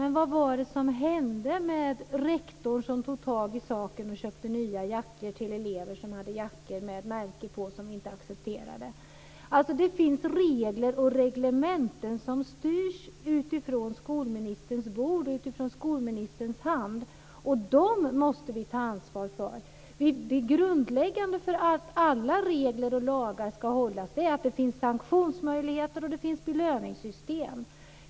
Men vad var det som hände med rektorn som tog itu med saken och köpte nya jackor till elever som hade jackor med märken på som inte var accepterade? Det finns regler och reglementen som styrs utifrån skolministerns bord och skolministerns hand, och dessa måste vi ta ansvar för. Det grundläggande för att alla regler och lagar ska hållas är att det finns sanktionsmöjligheter och belöningssystem.